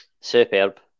Superb